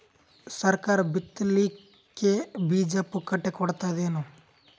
ಸರಕಾರ ಬಿತ್ ಲಿಕ್ಕೆ ಬೀಜ ಪುಕ್ಕಟೆ ಕೊಡತದೇನು?